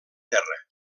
terra